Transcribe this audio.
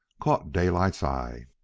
caught daylight's eye.